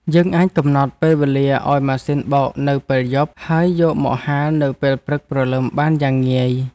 យើងអាចកំណត់ពេលវេលាឱ្យម៉ាស៊ីនបោកនៅពេលយប់ ហើយយកមកហាលនៅពេលព្រឹកព្រលឹមបានយ៉ាងងាយ។